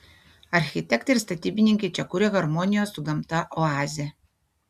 architektai ir statybininkai čia kuria harmonijos su gamta oazę